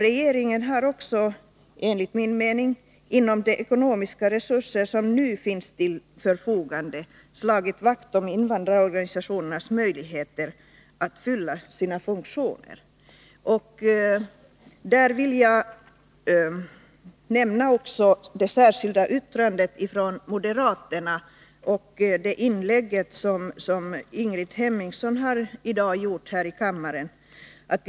Regeringen har, enligt min mening och med tanke på de ekonomiska resurser som nu står till förfogande, slagit vakt om invandrarorganisationernas möjligheter att fylla sina funktioner. I detta sammanhang vill jag nämna det särskilda yttrandet från moderaterna och det inlägg som Ingrid Hemmingsson har gjort här i kammaren i dag.